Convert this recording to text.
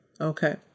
Okay